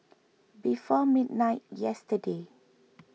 before midnight yesterday